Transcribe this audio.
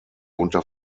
unter